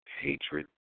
hatred